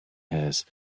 hers